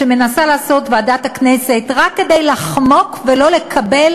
שמנסה לעשות ועדת הכנסת רק כדי לחמוק ולא לקבל